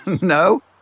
No